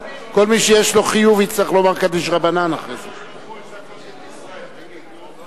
"רצה הקדוש-ברוך-הוא לזכות את ישראל", תגיד, נו.